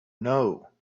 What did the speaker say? know